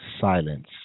silence